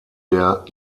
der